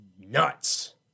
nuts